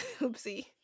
Oopsie